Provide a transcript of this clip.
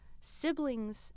siblings